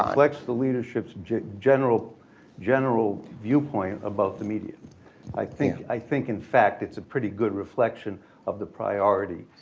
reflects the leadership's general general viewpoint about the media. i think i think in fact, it's a pretty good reflection of the priority.